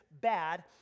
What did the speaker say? bad